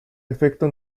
efecto